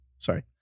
Sorry